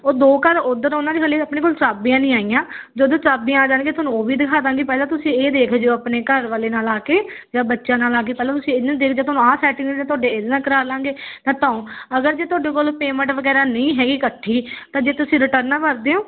ਉਹ ਦੋ ਘਰ ਉੱਧਰ ਉਹਨਾਂ ਦੇ ਹਜੇ ਆਪਣੇ ਕੋਲ ਚਾਬੀਆਂ ਨਹੀਂ ਆਈਆਂ ਜਦੋਂ ਚਾਬੀਆਂ ਆ ਜਾਣਗੀਆਂ ਤੁਹਾਨੂੰ ਉਹ ਵੀ ਦਿਖਾ ਦਾਂਗੇ ਪਹਿਲਾਂ ਤੁਸੀਂ ਇਹ ਦੇਖ ਜਾਓ ਆਪਣੇ ਘਰ ਵਾਲੇ ਨਾਲ ਆ ਕੇ ਜਾਂ ਬੱਚਿਆਂ ਨਾਲ ਆ ਕੇ ਪਹਿਲਾਂ ਤੁਸੀਂ ਇਹਨੂੰ ਦੇਖ ਜਾਓ ਤੁਹਾਨੂੰ ਇਹ ਸੈਟਿੰਗ ਤੁਹਾਡੇ ਇਹਦੇ ਨਾਲ ਕਰਾ ਲਾਂਗੇ ਤਾਂ ਅਗਰ ਜੇ ਤੁਹਾਡੇ ਕੋਲ ਪੇਮੈਂਟ ਵਗੈਰਾ ਨਹੀਂ ਹੈਗੀ ਇਕੱਠੀ ਤਾਂ ਜੇ ਤੁਸੀਂ ਰਿਟਰਨਾ ਕਰਦੇ ਹੋ